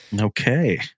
Okay